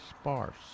sparse